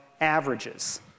averages